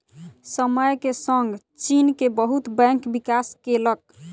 समय के संग चीन के बहुत बैंक विकास केलक